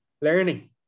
learning